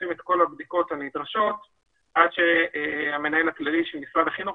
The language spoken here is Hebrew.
עושים את כל הבדיקות הנדרשות עד שהמנהל הכללי של משרד החינוך